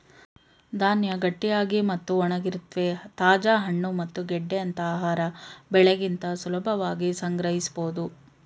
ಧಾನ್ಯ ಗಟ್ಟಿಯಾಗಿ ಮತ್ತು ಒಣಗಿರುತ್ವೆ ತಾಜಾ ಹಣ್ಣು ಮತ್ತು ಗೆಡ್ಡೆಯಂತ ಆಹಾರ ಬೆಳೆಗಿಂತ ಸುಲಭವಾಗಿ ಸಂಗ್ರಹಿಸ್ಬೋದು